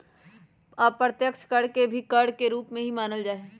अप्रत्यक्ष कर के भी कर के एक रूप ही मानल जाहई